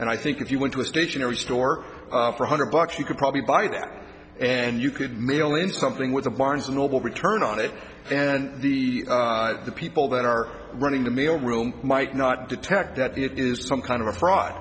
and i think if you went to a stationery store for a hundred bucks you could probably buy that and you could mail in something with a barnes and noble return on it and the the people that are running the mail room might not detect that it is some kind of a fraud